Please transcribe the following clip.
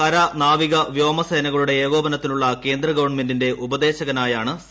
കര നാവിക വ്യോമ സേനകളുടെ ഏകോപനത്തിനുള്ള കേന്ദ്ര ഗവൺമെന്റിന്റെ ഉപദേശകനായാണ് സി